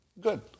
Good